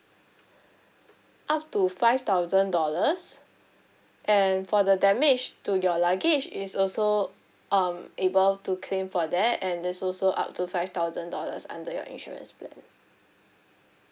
up to five thousand dollars and for the damage to your luggage is also um able to claim for that and there's also up to five thousand dollars under your insurance plan